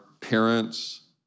parents